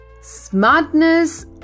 smartness